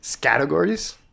Categories